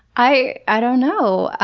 i i don't know. ah